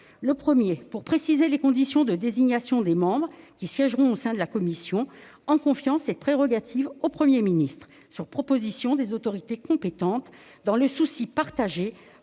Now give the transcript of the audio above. Le premier tend à préciser les conditions de désignation des membres qui siégeront au sein de la commission en confiant cette prérogative au Premier ministre, sur proposition des autorités compétentes. Notre préoccupation,